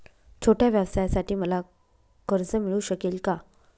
छोट्या व्यवसायासाठी मला कर्ज मिळू शकेल का?